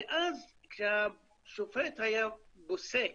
ואז כשהשופט היה פוסק